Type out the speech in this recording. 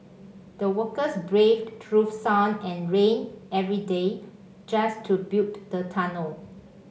the workers braved through sun and rain every day just to build the tunnel